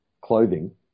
clothing